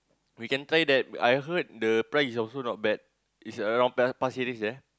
we can try that I heard the price is also not bad is around Pasir-Ris there